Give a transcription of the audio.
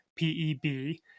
PEB